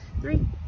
three